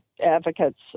advocates